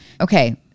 Okay